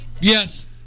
Yes